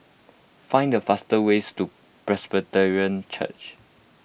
find the fastest ways to Presbyterian Church